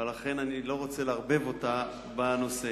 ולכן אני לא רוצה לערבב אותה בנושא.